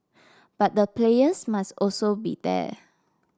but the players must also be there